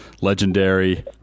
legendary